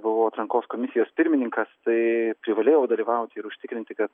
buvau atrankos komisijos pirmininkas tai privalėjau dalyvauti ir užtikrinti kad